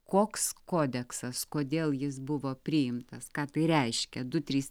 koks kodeksas kodėl jis buvo priimtas ką tai reiškia du trys